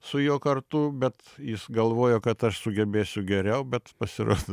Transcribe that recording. su juo kartu bet jis galvojo kad aš sugebėsiu geriau bet pasirodo